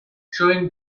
showing